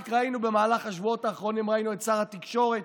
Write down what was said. במהלך השבועות האחרונים ראינו את שר התקשורת